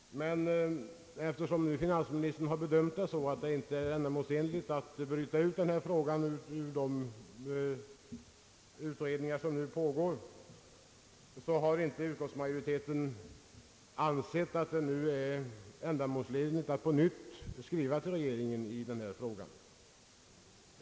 Men eftersom finansministern har bedömt det så, att det inte är ändamålsenligt att bryta ut denna fråga ur de utredningar, som nu pågår, har utskottsmajoriteten icke ansett sig kunna tillmötesgå framställningen att på nytt skriva till regeringen i denna fråga.